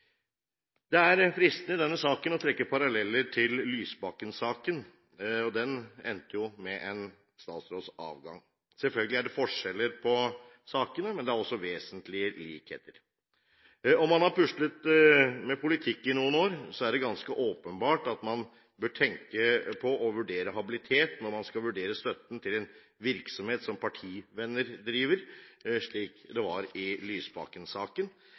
Det er fristende i denne saken å trekke paralleller til Lysbakken-saken. Den endte jo med en statsråds avgang. Selvfølgelig er det forskjell på sakene, men de har også vesentlige likheter. Om man har puslet med politikk i noen år, er det ganske åpenbart at man bør tenke på å vurdere habilitet når man skal vurdere støtten til en virksomhet som partivenner driver, slik det var i